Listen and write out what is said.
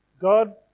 God